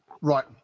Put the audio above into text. Right